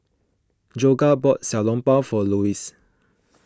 Jorja bought Xiao Long Bao for Luis